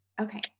Okay